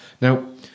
Now